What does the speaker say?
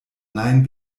nein